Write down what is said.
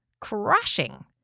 Crashing